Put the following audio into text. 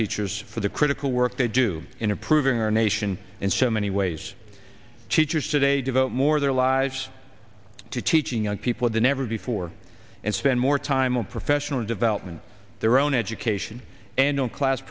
teachers for the critical work they do in approving our nation in so many ways teachers today devote more their lives to teaching young people than ever before and spend more time in professional development their own education and no class